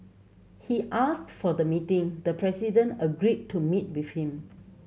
he asked for the meeting the president agreed to meet with him